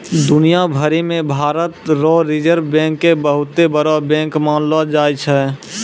दुनिया भरी मे भारत रो रिजर्ब बैंक के बहुते बड़ो बैंक मानलो जाय छै